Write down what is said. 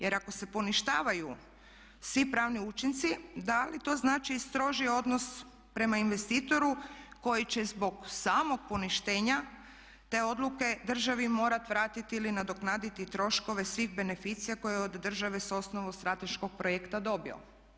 Jer ako se poništavaju svi pravni učinci da li to znači stroži odnos prema investituru koji će zbog samog poništenja te odluke državi morati vratiti ili nadoknaditi troškove svih beneficija koje od države s osnove strateškog projekta dobiva?